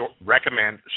recommend